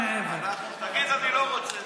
תגיד: אני לא רוצה.